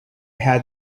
had